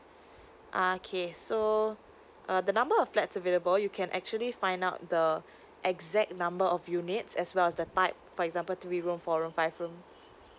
uh okay so uh the number of flats available you can actually find out the exact number of units as well as the type for example three room four room five room